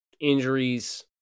injuries